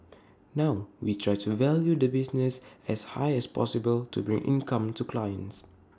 now we try to value the business as high as possible to bring income to clients